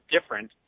different